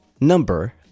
number